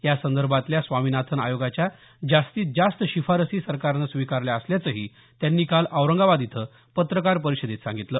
या संदर्भातल्या स्वामीनाथन आयोगाच्या जास्तीत जास्त शिफारसी सरकारनं स्विकारल्या असल्याचंही त्यांनी काल औरंगाबाद इथं पत्रकार परिषदेत सांगितलं